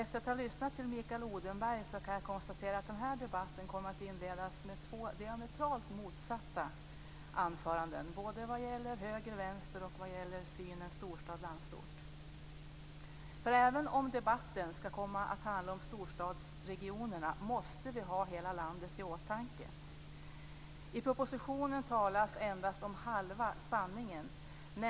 Efter att ha lyssnat på Mikael Odenberg kan jag konstatera att den här debatten kommer att inledas med två diametralt motsatta anföranden, både vad gäller höger och vänster och vad gäller synen på storstad och landsort. För även om debatten skall komma att handla om storstadsregionerna, måste vi ha hela landet i åtanke. I propositionen talas endast om halva sanningen.